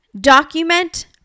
Document